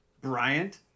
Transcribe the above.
Bryant